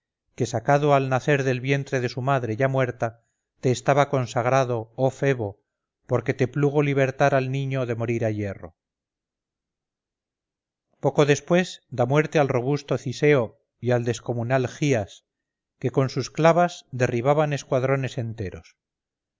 que sacado al nacer del vientre de su madre ya muerta te estaba consagrado oh febo porque te plugo libertar al niño de morir a hierro poco después da muerte al robusto ciseo y al descomunal gías que con sus clavas derribaban escuadrones enteros